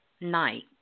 night